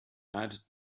add